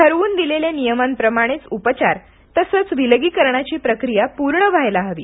ठरवून दिलेल्या नियमांप्रमाणेच उपचार तसंच विलगीकरणाची प्रक्रिया पूर्ण व्हायला हवी